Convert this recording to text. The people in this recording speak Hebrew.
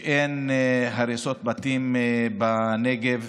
שאין הריסות בתים בנגב,